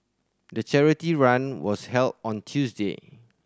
the charity run was held on Tuesday